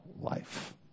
life